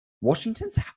Washington's